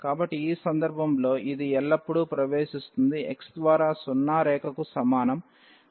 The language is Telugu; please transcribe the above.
కాబట్టి ఈ సందర్భంలో ఇది ఎల్లప్పుడూ ప్రవేశిస్తుంది x ద్వారా సున్నా రేఖకు సమానం